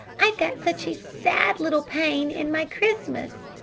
i've got such a sad little pain in my christmas.